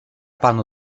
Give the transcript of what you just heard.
panu